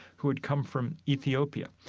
who had come from ethiopia.